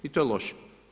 I to je loše.